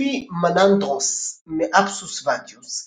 לפי מנאנדרוס מאפסוס ודיוס,